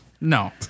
No